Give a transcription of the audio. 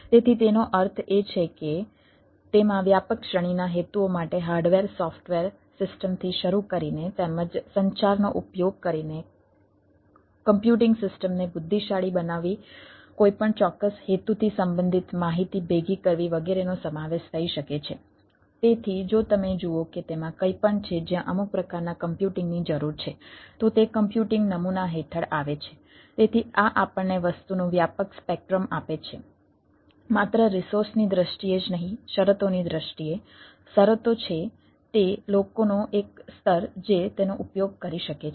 તેથી તેનો અર્થ એ છે કે તેમાં વ્યાપક શ્રેણીના હેતુઓ માટે હાર્ડવેર ની દ્રષ્ટિએ જ નહીં શરતોની દ્રષ્ટિએ શરતો છે તે લોકોનો એક સ્તર જે તેનો ઉપયોગ કરી શકે છે